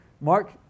Mark